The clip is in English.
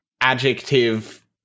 adjective